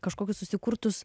kažkokius susikurtus